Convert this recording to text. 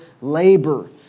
labor